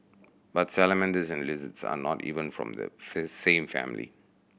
but salamanders and lizards are not even from the same family